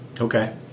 Okay